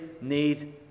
need